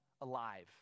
alive